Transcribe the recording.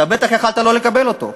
אתה בטח יכולת לא לקבל אותו,